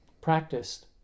practiced